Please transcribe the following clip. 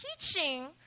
teaching